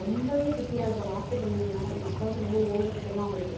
ரொம்பவே சுட்டியாக இருப்பாள் லாஸ்ட்டு பொண்ணுங்கிறதுனால் எங்கள் அப்பா வந்து ரொம்ப ஓவர் செல்லம் அவளுக்கு